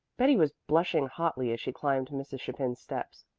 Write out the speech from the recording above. betty was blushing hotly as she climbed mrs. chapin's steps.